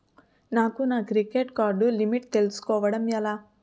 నాకు నా credit card limit తెలుసుకోవడం ఎలా?